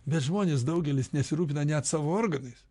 bet žmonės daugelis nesirūpina net savo organais